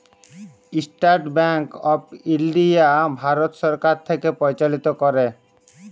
State bank of India Bharat সরকার থ্যাকে পরিচালিত ক্যরে